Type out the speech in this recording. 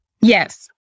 Yes